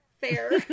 Fair